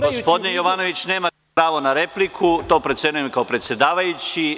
Gospodine Jovanoviću, nemate pravo ne repliku, to procenjujem kao predsedavajući.